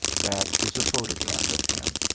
that is a photograph of him.